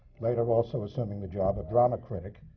later also assuming the job of drama critic.